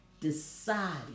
decided